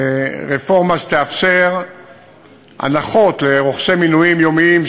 על רפורמה שתאפשר הנחות לרוכשי מינויים יומיים,